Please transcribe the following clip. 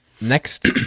Next